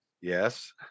Yes